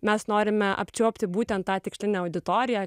mes norime apčiuopti būtent tą tikslinę auditoriją